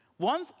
One